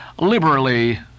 liberally